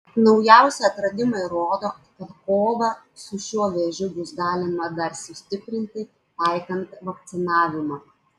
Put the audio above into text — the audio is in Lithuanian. naujausi atradimai rodo kad kovą su šiuo vėžiu bus galima dar sustiprinti taikant vakcinavimą